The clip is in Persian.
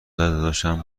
داداشم